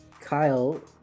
Kyle